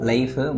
Life